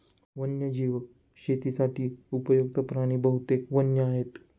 वन्यजीव शेतीसाठी उपयुक्त्त प्राणी बहुतेक वन्य आहेत